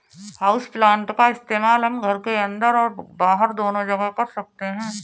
houseplant का इस्तेमाल हम घर के अंदर और बाहर दोनों जगह कर सकते हैं